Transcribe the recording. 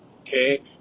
Okay